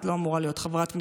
את לא אמורה להיות חברת הכנסת,